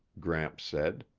gramps said.